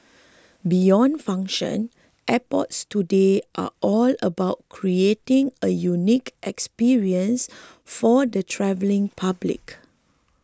beyond function airports today are all about creating a unique experience for the travelling public